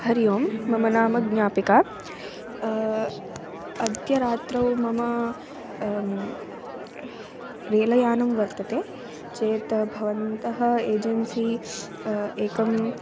हरिःओं मम नाम ज्ञापिका अद्य रात्रौ मम रेलयानं वर्तते चेत् भवन्तः एजेन्सि एकम्